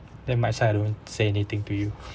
then my side I don't say anything to you